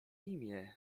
imię